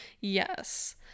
Yes